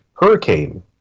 Hurricane